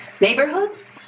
neighborhoods